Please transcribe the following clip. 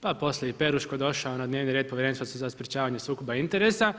pa poslije i Peruško došao na dnevni red Povjerenstva za sprečavanje sukoba interesa.